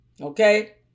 Okay